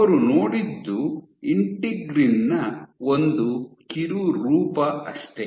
ಅವರು ನೋಡಿದ್ದು ಇಂಟಿಗ್ರಿನ್ ನ ಒಂದು ಕಿರು ರೂಪ ಅಷ್ಟೇ